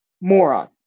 moron